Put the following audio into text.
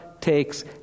takes